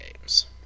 games